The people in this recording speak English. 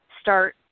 start